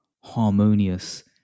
harmonious